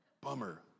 bummer